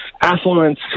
affluence